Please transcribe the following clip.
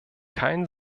kein